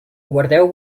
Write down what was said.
guardeu